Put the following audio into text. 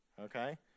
okay